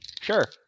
Sure